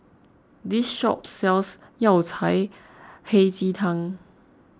this shop sells Yao Cai Hei Ji Tang